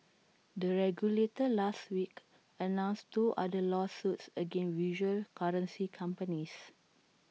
the regulator last week announced two other lawsuits against virtual currency companies